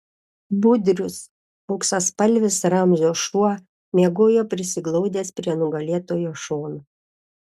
budrius auksaspalvis ramzio šuo miegojo prisiglaudęs prie nugalėtojo šono